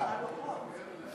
שהפעם שלחה דווקא את ידידי,